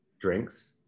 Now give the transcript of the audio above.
drinks